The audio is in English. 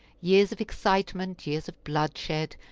years of excitement, years of bloodshed,